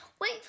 Wait